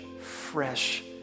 fresh